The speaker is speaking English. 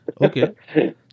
Okay